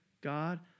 God